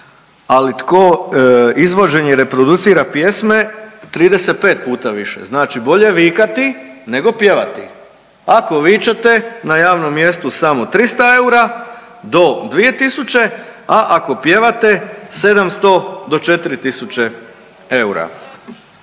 ali tko izvođenje i reproducira pjesme 35 puta više. Znači bolje vikati nego pjevati, ako vičete na javnom mjestu samo 300 eura do 2.000, a ako pjevate 700 do 4.000 eura.